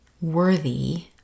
worthy